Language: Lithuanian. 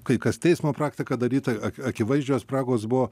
kai kas teismo praktika daryta ak akivaizdžios spragos buvo